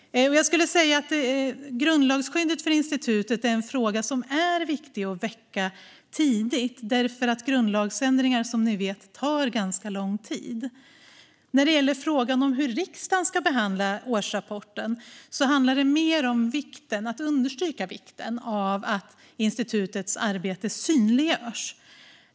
Jag skulle säga att grundlagsskyddet för institutet är en fråga som är viktig att väcka tidigt, därför att grundlagsändringar tar, som ni vet, ganska lång tid. När det gäller frågan om att riksdagen ska behandla årsrapporten handlar det mer om att understryka vikten av att institutets arbete synliggörs.